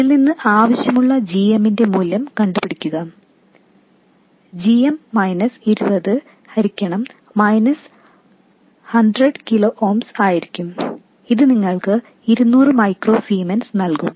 ഇതിൽ നിന്ന് ആവശ്യമുള്ള gm ന്റെ മൂല്യം കണ്ടുപിടിക്കുക gm 20 ഹരിക്കണം 100 kilo ohms ആയിരിക്കും ഇത് നിങ്ങൾക്ക് 200 മൈക്രോ സീമെൻസ് നല്കും